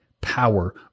power